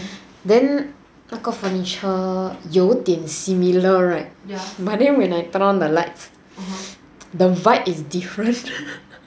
then 那个 furniture 有点 similar right but then when I turn on the lights the vibe is different